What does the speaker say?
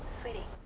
sweetie,